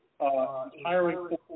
hiring